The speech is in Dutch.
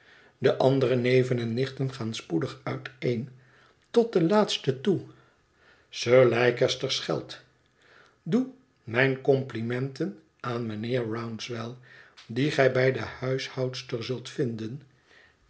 de andere neven en nichten gaan spoedig uiteen tot de laatste toe sir leicester schelt doe mijn compliment aan mijnheer rouncewell dien gij bij de huishoudster zult vinden